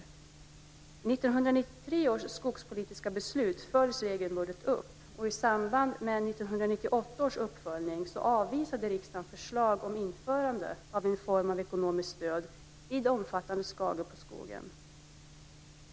1993 års skogspolitiska beslut följs regelbundet upp, och i samband med 1998 års uppföljning avvisade riksdagen förslag om införande av en form av ekonomiskt stöd vid omfattande skador på skog.